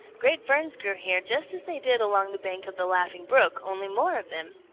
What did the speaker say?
great ferns grew here just as they did along the bank of the laughing brook, only more of them.